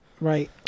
Right